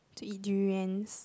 to eat durians